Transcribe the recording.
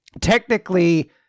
Technically